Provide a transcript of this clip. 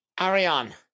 Ariane